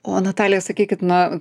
o natalija sakykit na